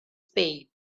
spade